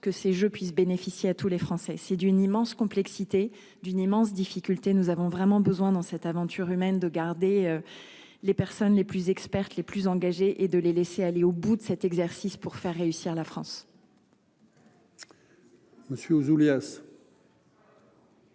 que ces je puisse bénéficier à tous les Français, c'est d'une immense complexité d'une immense difficulté nous avons vraiment besoin dans cette aventure humaine de garder. Les personnes les plus expertes les plus engagés et de les laisser aller au bout de cet exercice pour faire réussir la France. Monsieur Ouzoulias.